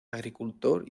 agricultor